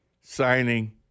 signing